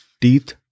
teeth